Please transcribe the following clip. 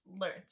learned